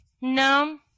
No